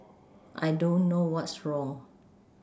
I don't know what's wrong